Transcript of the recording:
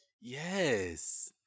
Yes